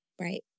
Right